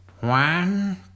One